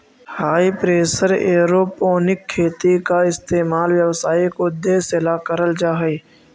हाई pressure aeroponic खेती का इस्तेमाल व्यावसायिक उद्देश्य ला करल जा हई